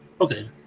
Okay